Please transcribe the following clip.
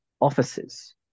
offices